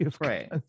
Right